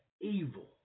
evil